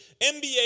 NBA